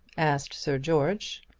asked sir george.